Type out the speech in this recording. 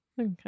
Okay